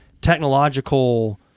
technological